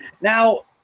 Now